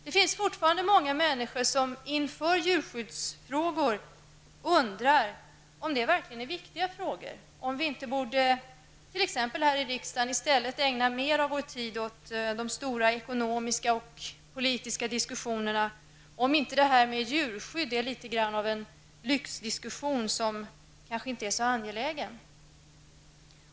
Det finns fortfarande många människor som inför djurskyddsfrågor undrar om det verkligen är viktiga frågor, om vi t.ex. inte i riksdagen borde ägna mer av vår tid åt de stora ekonomiska och politiska diskussionerna och om inte det här med djurskydd är litet grand av en lyxdiskussion som kanske inte är så angelägen.